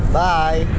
bye